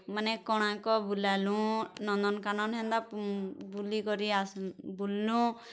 ମାନେ କୋଣାର୍କ ବୁଲାଲୁଁ ନନ୍ଦନକାନନ୍ ହେନ୍ତା ବୁଲିକରି ଆସ ବୁଲଲୁଁ